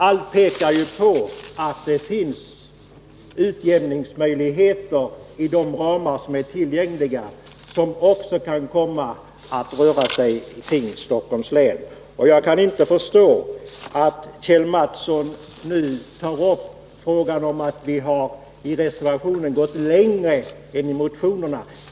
Allt pekar ju på att det finns utjämningsmöjligheter inom de ramar som är tillgängliga och som också borde kunna innefatta Stockholms län. Jag kan inte förstå att Kjell Mattsson nu tar upp frågan om att vi i reservationen har gått längre än i motionerna.